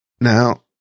Now